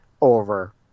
over